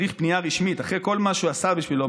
שממו למברגר צריך פנייה רשמית אחרי כל מה שהוא עשה בשבילו,